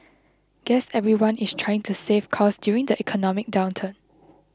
guess everyone is trying to save costs during the economic downturn